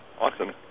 Awesome